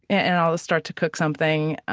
and i'll start to cook something.